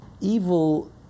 Evil